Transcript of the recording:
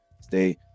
stay